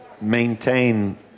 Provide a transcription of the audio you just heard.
maintain